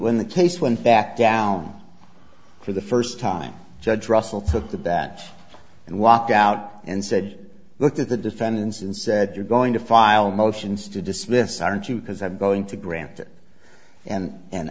when the case went back down for the first time judge russell took the bench and walk out and said looked at the defendants and said you're going to file motions to dismiss aren't you because i'm going to grant it and and